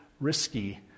risky